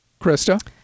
krista